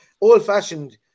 old-fashioned